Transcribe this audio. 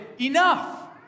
enough